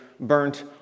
burnt